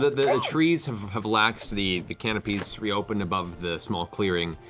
the the trees have have relaxed, the the canopy has reopened above the small clearing,